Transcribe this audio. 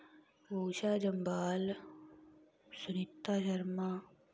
Usha Jambal Sunita Sharma